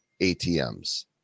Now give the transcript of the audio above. ATMs